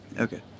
Okay